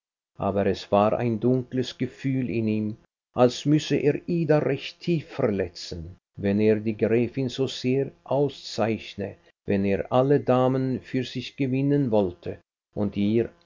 aber es war ein dunkles gefühl in ihm als müsse es ida recht tief verletzen wenn er die gräfin so sehr auszeichne wenn er alle damen für sich gewinnen wollte und ihr